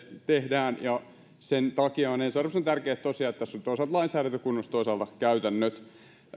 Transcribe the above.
tehdään ja sen takia on ensiarvoisen tärkeää tosiaan että tässä on toisaalta lainsäädäntö kunnossa toisaalta käytännöt